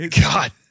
God